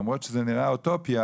למרות שזה נראה אוטופיה,